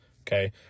Okay